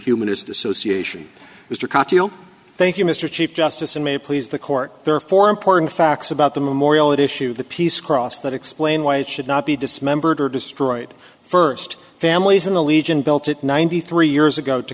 humanist association mr cox thank you mr chief justice and may it please the court there for important facts about the memorial at issue the peace cross that explain why it should not be dismembered or destroyed first families in the legion built at ninety three years ago to